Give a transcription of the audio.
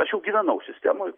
aš jau gyvenau sistemoj